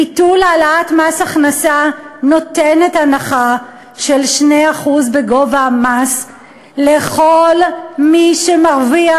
ביטול העלאת מס הכנסה נותן הנחה של 2% בגובה המס לכל מי שמרוויח,